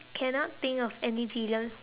cannot think of any villains